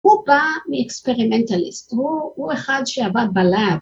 הוא בא מאקספרימנטליסט, הוא אחד שעבד בלאב.